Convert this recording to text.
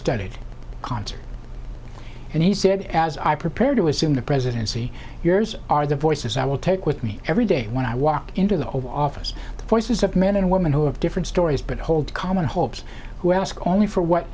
studded concert and he said as i prepare to assume the presidency yours are the voices i will take with me every day when i walk into the oval office the voices of men and women who have different stories but hold common hopes who ask only for what